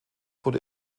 wurde